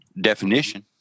Definition